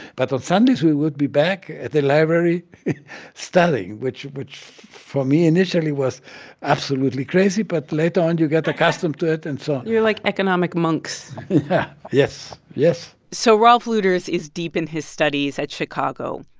but on sundays, we would be back at the library studying, which, for me, initially, was absolutely crazy. but later on, you get accustomed to it and so on you're like economic monks yes, yes so rolf luders is deep in his studies at chicago.